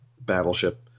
Battleship